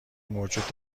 موجود